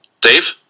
Dave